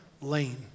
lane